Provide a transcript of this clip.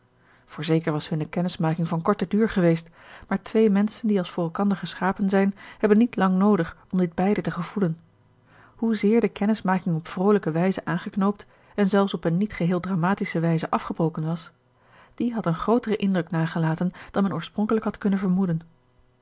voorzeker was hunne kennismaking van korten duur geweest maar twee menschen die als voor elkander geschapen zijn hebben niet lang noodig om dit beide te gevoelen hoezeer de kennismaking op vrolijke wijze aangeknoopt en zelfs op eene niet geheel dramatische wijze afgebroken was die had een grooteren indruk nagelaten dan men oorspronkelijk had kunnen vermoeden